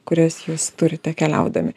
kurias jūs turite keliaudami